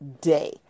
day